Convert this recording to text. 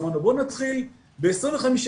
אמרנו בואו נתחיל ב-25%,